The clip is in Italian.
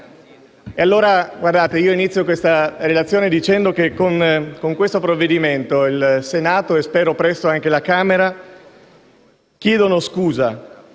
Inizio questa relazione dicendo che, con questo provvedimento il Senato, e spero presto anche la Camera dei deputati,